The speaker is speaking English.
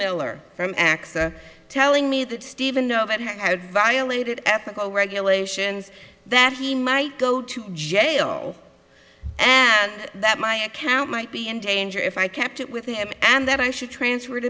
miller from x telling me that steven know that he had violated ethical regulations that he might go to jail and that my account might be in danger if i kept it with him and that i should transfer it